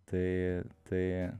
tai tai